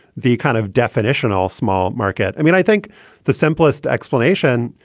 the kind of definitional small market. i mean, i think the simplest explanation,